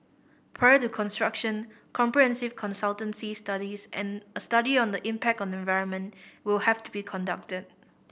prior to construction comprehensive consultancy studies and a study on the impact on environment will have to be conducted